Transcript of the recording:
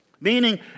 Meaning